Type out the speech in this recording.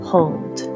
Hold